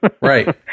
Right